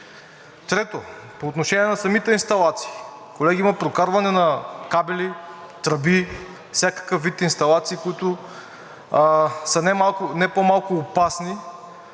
Трето, по отношение на самите инсталации, колеги, има прокарване на кабели, тръби, всякакъв вид инсталации, които са не по-малко опасни